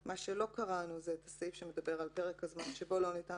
--- מה שלא קראנו זה סעיף (5) שמדבר על: "פרק הזמן שבו לא ניתן